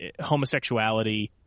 homosexuality